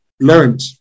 learned